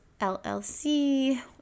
LLC